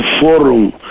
forum